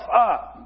up